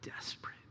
Desperate